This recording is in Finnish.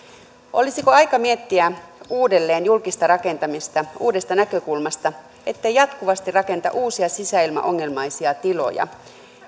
olisiko aika miettiä uudelleen julkista rakentamista uudesta näkökulmasta ettei jatkuvasti rakenneta uusia sisäilmaongelmaisia tiloja